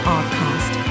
Artcast